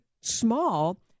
small